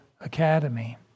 Academy